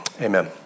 amen